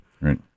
Right